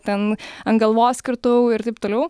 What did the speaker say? ten ant galvos kirtau ir taip toliau